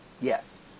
Yes